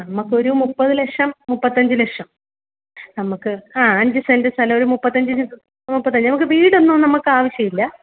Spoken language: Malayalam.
നമുക്കൊരു മുപ്പത് ലക്ഷം മുപ്പത്തഞ്ച് ലക്ഷം നമുക്ക് ആ അഞ്ച് സെൻറ് സ്ഥലം ഒരു മുപ്പത്തിയഞ്ചിന് മുപ്പത്തിയഞ്ച് വീട് ഒന്നും നമുക്ക് ആവശ്യം ഇല്ല